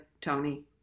Tony